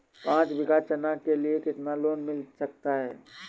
पाँच बीघा चना के लिए कितना लोन मिल सकता है?